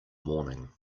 morning